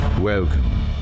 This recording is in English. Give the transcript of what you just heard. Welcome